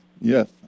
yes